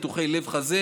ניתוחי לב וחזה,